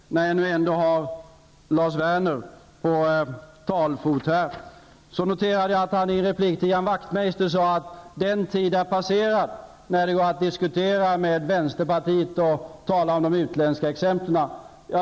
Jag noterade att Lars Werner i en replik till Ian Wachtmeister sade att den tid är passerad då det gick att diskutera med vänsterpartiet och tala om de utländska exemplen.